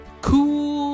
Cool